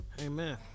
Amen